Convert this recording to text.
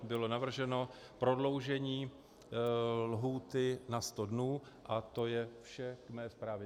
Bylo navrženo prodloužení lhůty na sto dnů a to je vše k mé zprávě.